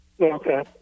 Okay